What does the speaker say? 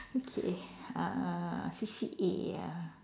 okay uh C_C_A ah